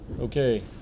Okay